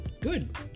good